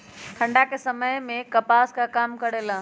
ठंडा के समय मे कपास का काम करेला?